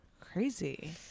Crazy